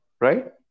right